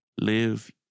live